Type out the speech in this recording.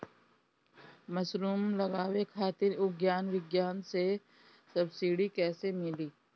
Mushroom लगावे खातिर उद्यान विभाग से सब्सिडी कैसे मिली?